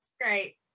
Great